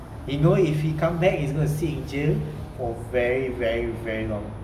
he know if he come back he's going to sit in jail for very very very long